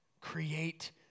Create